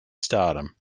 stardom